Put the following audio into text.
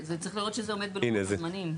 צריך לראות שזה עומד בלוחות הזמנים.